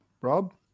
Rob